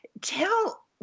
tell